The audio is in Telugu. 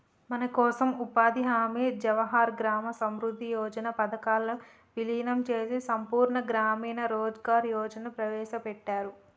మనకోసం ఉపాధి హామీ జవహర్ గ్రామ సమృద్ధి యోజన పథకాలను వీలినం చేసి సంపూర్ణ గ్రామీణ రోజ్గార్ యోజనని ప్రవేశపెట్టారు